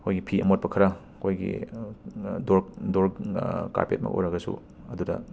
ꯑꯩꯈꯣꯏꯒꯤ ꯐꯤ ꯑꯃꯣꯠꯄ ꯈꯔ ꯑꯩꯈꯣꯏꯒꯤ ꯀꯥꯔꯄꯦꯠꯃꯛ ꯑꯣꯏꯔꯒꯁꯨ ꯑꯗꯨꯗ